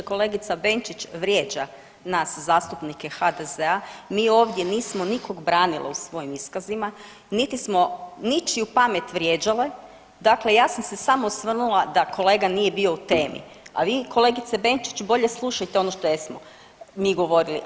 Kolegica Benčić vrijeđa nas zastupnike HDZ-a, mi ovdje nismo nikog branile u svojim iskazima, niti smo ničiju pamet vrijeđale, dakle ja sam se samo osvrnula da kolega nije bio u temi, a vi kolegice Benčić bolje slušajte ono što jesmo mi govorili.